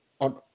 on